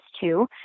two